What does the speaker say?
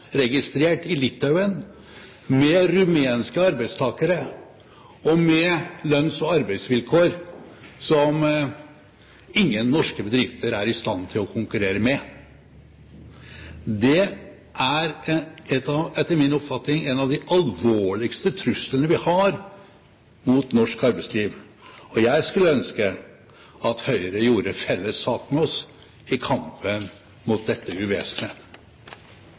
registrert i Litauen med rumenske arbeidstakere og med lønns- og arbeidsvilkår som ingen norske bedrifter er i stand til å konkurrere med. Det er etter min oppfatning en av de alvorligste truslene vi har mot norsk arbeidsliv. Og jeg skulle ønske at Høyre gjorde felles sak med oss i kampen mot dette